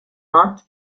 not